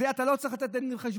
על זה אתה לא צריך לתת דין וחשבון?